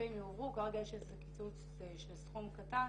והכספים יועברו, כרגע יש איזה קיצוץ של סכום קטן